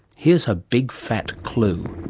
here is a big fat clue.